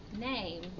name